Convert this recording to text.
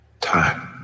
time